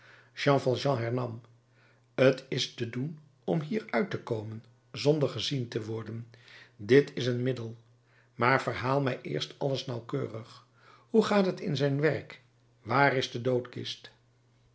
jean valjean hernam t is te doen om hier uit te komen zonder gezien te worden dit is een middel maar verhaal mij eerst alles nauwkeurig hoe gaat het in zijn werk waar is de